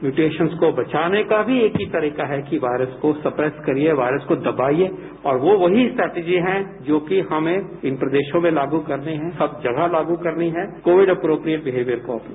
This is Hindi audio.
इरीटेशन्स को बचाने का भी एक ही तरीका है कि वायरस को सप्रेस करिए इसको दबाइए और वही स्टेटर्जी है जो कि हमें इन प्रदेशों में लागू करने है सब जगह लागू करने हैं कोविड अप्रप्रिएट विहेवियर को अपनाकर